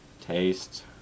taste